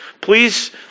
Please